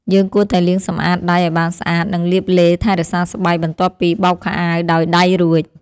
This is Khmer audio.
យើងគួរតែលាងសម្អាតដៃឱ្យបានស្អាត និងលាបឡេថែរក្សាស្បែកបន្ទាប់ពីបោកខោអាវដោយដៃរួច។